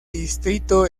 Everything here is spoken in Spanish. distrito